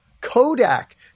Kodak